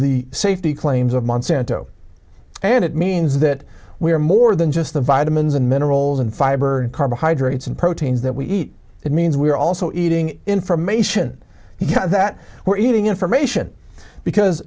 the safety claims of monsanto and it means that we are more than just the vitamins and minerals and fiber and carbohydrates and proteins that we eat it means we're also eating information that we're eating information because